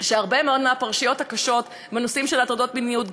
של הרבה מאוד פרשיות קשות בנושאים של הטרדות מיניות,